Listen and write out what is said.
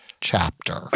Chapter